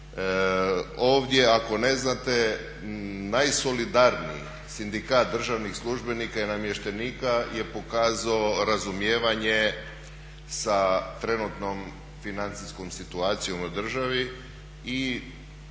Ovdje ako ne znate najsolidarniji Sindikat državnih službenika i namještenika je pokazao razumijevanje sa trenutnom financijskom situacijom u državi i